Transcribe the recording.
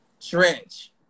Trench